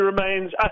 remains